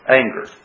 anger